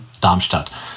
Darmstadt